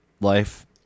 life